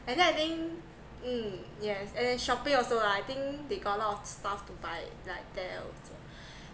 and then I think mm yes and then shopping also lah I think they got a lot of stuff to buy like there also